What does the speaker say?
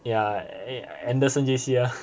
yeah anderson J_C ah